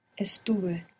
Estuve